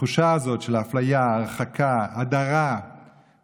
התחושה הזאת של אפליה, הרחקה, הדרה ממוסדת